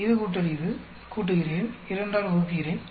இது கூட்டல் இது கூட்டுகிறேன் 2 ஆல் வகுக்கிறேன்